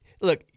look